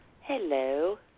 Hello